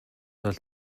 тул